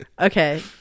Okay